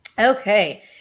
Okay